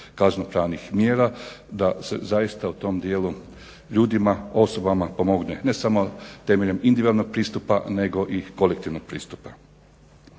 kazneno-pravnih mjera, da zaista u tom dijelu ljudima, osobama pomogne ne samo temeljem individualnog pristupa, nego i kolektivnog pristupa.